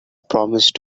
promised